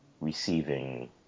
receiving